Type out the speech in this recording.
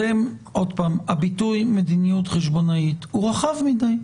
הביטוי מדיניות חשבונאית הוא רחב מדי.